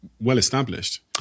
Well-established